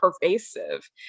pervasive